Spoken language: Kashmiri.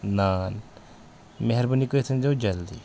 نان مہربٲنی کٔرتھ أنۍ زیٛو جلدی